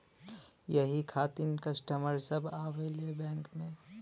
यही खातिन कस्टमर सब आवा ले बैंक मे?